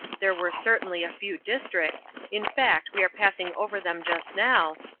there were certainly a few districts in fact, we are passing over them just now